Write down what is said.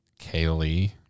Kaylee